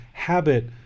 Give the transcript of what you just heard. habit